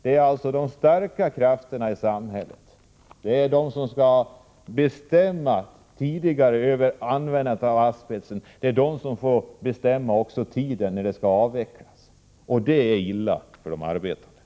Det blir alltså de starka krafterna i samhället, som tidigare bestämt om användande av asbest, som också får bestämma tiden för en avveckling. Det är illa för de arbetande.